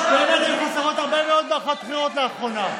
באמת, היו חסרות הרבה מאוד מערכות בחירות לאחרונה.